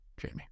Jamie